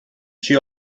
she